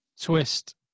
Twist